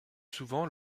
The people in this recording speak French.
souvent